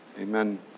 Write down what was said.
Amen